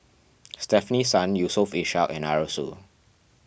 Stefanie Sun Yusof Ishak and Arasu